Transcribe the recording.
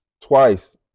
twice